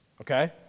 okay